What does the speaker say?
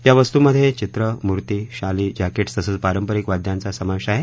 या वस्तूमधे चित्र मूर्ती शाली जॅकेटस तसंच पारंपरिक वाद्यांचा समावेश आहे